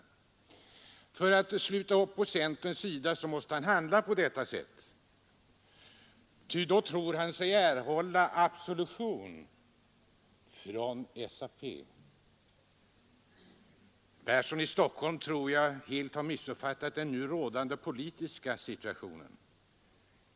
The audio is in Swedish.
Herr Persson måste handla på det sättet och sluta upp på centerns sida, ty därigenom tror han sig erhålla absolution från SAP. Jag tror emellertid att herr Persson har helt missuppfattat den nu rådande politiska situationen.